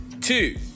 Two